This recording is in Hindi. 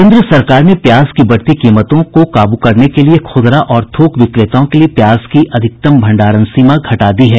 केन्द्र सरकार ने प्याज की बढ़ती कीमतों को काबू करने के लिए खुदरा और थोक विक्रेताओं के लिए प्याज की अधिकतम भंडारण सीमा घटा दी है